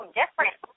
different